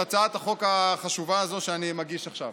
הצעת החוק החשובה הזאת שאני מגיש עכשיו.